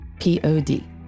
P-O-D